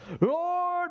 Lord